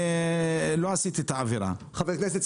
שיעירו לגבי נקודות שהטרידו אותנו בעת העיון בהצעת